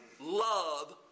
love